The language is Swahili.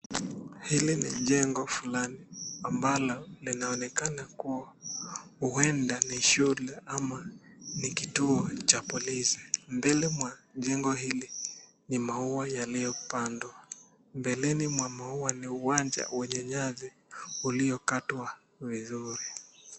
Hili ni jengo fulani ambalo linaonekana kuwa huenda ni shule ama ni kituo cha polisi. Mbele mwa jengo hili ni maua yaliyopandwa, mbeleni mwa maua ni uwanja wenye nyasi uliokatwa vizuri.